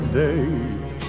days